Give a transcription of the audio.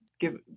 give